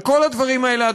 על כל הדברים האלה,